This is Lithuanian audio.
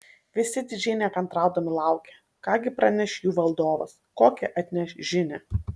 visi didžiai nekantraudami laukė ką gi praneš jų valdovas kokią atneš žinią